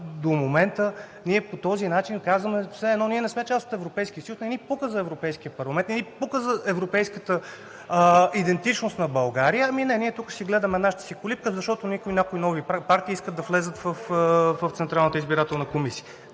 граждани, а по този начин все едно казваме, че ние не сме част от Европейския съюз, не ни пука за Европейския парламент, не ни пука за европейската идентичност на България. Ами не, тук ще си гледаме нашата си колибка, защото някои нови партии искат да влязат в Централната избирателна комисия.